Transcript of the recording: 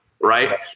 right